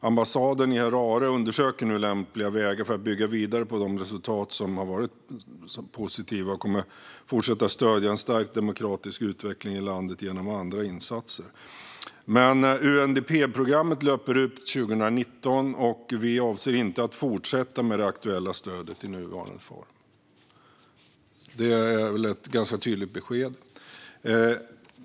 Ambassaden i Harare undersöker lämpliga vägar för att bygga vidare på de resultat som har varit positiva och kommer att fortsätta att stödja en stärkt demokratisk utveckling i landet genom andra insatser. UNDP-programmet löper ut 2019, och vi avser inte att fortsätta med det aktuella stödet i nuvarande form. Det är ett tydligt besked.